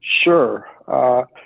sure